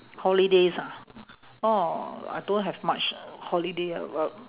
holidays ah oh I don't have much holiday ah but